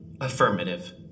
Affirmative